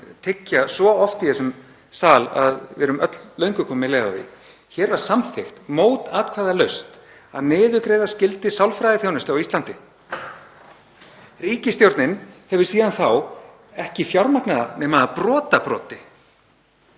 tyggja svo oft í þessum sal að við erum öll löngu komin með leið á því: Hér var samþykkt mótatkvæðalaust að niðurgreiða skyldi sálfræðiþjónustu á Íslandi. Ríkisstjórnin hefur síðan þá ekki fjármagnað nema brotabrot